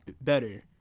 better